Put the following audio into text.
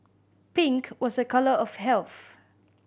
pink was a colour of health